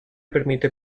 permite